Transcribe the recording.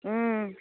হুম